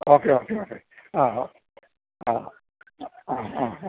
okay okay okay അത് ആ ആ ആ അതെ